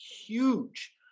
huge